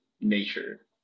nature